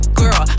girl